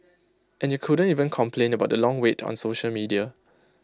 and you couldn't even complain about the long wait on social media